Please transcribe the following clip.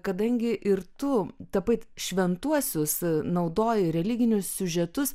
kadangi ir tu tapai šventuosius naudoji religinius siužetus